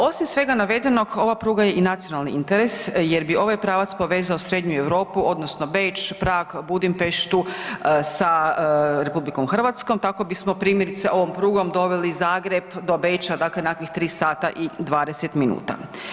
Osim svega navedenog, ova pruga je i nacionalni interes jer bi ovaj pravac povezao srednju Europu odnosno Beč, Prag, Budimpeštu sa RH, tako bismo primjerice ovom prugom doveli Zagreb do Beča dakle nekakvih 3 sata i 20 minuta.